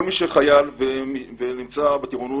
כל מי שחייל ונמצא בטירונות,